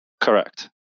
Correct